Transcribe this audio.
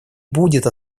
будет